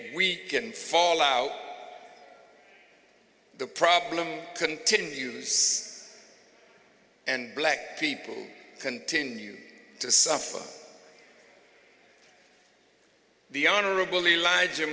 we can fall out the problem continues and black people continue to suffer the honorable elijah